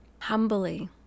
humbly